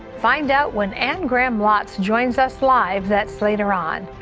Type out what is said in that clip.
find out when anne graham lotz joins us live, that's later on.